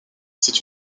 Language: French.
c’est